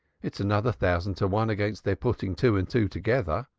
it's another thousand to one against their putting two and two together.